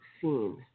seen